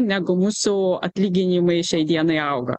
negu mūsų atlyginimai šiai dienai auga